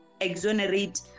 exonerate